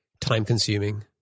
time-consuming